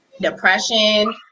depression